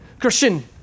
Christian